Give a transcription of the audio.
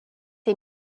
est